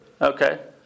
Okay